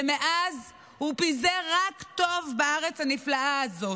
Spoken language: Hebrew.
ומאז הוא פיזר רק טוב בארץ הנפלאה הזאת.